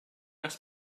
ask